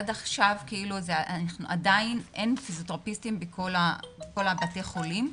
עד עכשיו עדין אין פיזיותרפיסטים בכל בתי החולים,